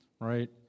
Right